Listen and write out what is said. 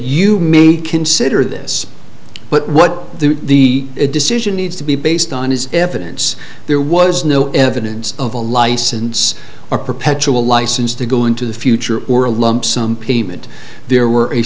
you may consider this but what the decision needs to be based on is evidence there was no evidence of a license or perpetual license to go into the future or a lump sum payment there were a